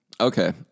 Okay